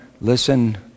listen